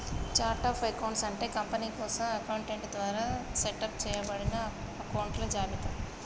chart of accounts అంటే company కోసం accountant ద్వారా సెటప్ చేయబడిన అకొంట్ల జాబితా